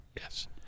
Yes